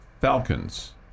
Falcons